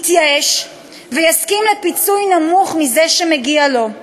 יתייאש ויסכים לפיצוי נמוך מזה שמגיע לו.